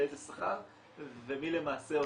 באיזה שכר ומי למעשה אותה אוכלוסייה ש-